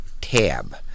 tab